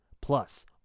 Plus